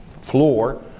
floor